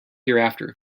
hereafter